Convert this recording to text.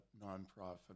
non-profit